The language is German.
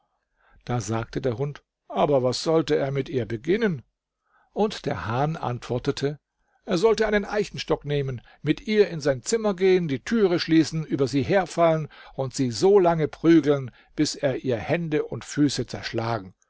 da sagte der hund aber was sollte er mit ihr beginnen und der hahn antwortete er sollte einen eichenstock nehmen mit ihr in sein zimmer gehen die türe schließen über sie herfallen und sie solange prügeln bis er ihr hände und füße zerschlagen